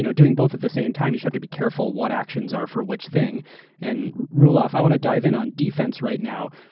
you know doing both at the same time, you just have to be careful what actions are for which thing and rule off. i want to dive in on defense right now.